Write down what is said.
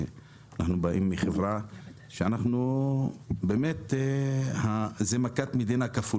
שאנחנו באים מחברה שבאמת זאת מכת מדינה כפול.